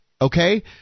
okay